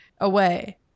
away